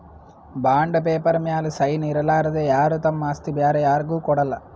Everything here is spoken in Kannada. ಬಾಂಡ್ ಪೇಪರ್ ಮ್ಯಾಲ್ ಸೈನ್ ಇರಲಾರ್ದೆ ಯಾರು ತಮ್ ಆಸ್ತಿ ಬ್ಯಾರೆ ಯಾರ್ಗು ಕೊಡಲ್ಲ